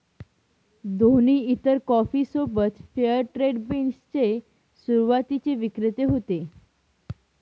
दोन्ही इतर कॉफी सोबत फेअर ट्रेड बीन्स चे सुरुवातीचे विक्रेते होते